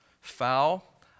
Foul